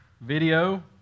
video